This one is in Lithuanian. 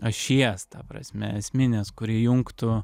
ašies ta prasme esminės kuri jungtų